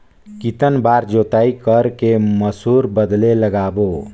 कितन बार जोताई कर के मसूर बदले लगाबो?